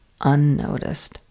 unnoticed